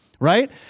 right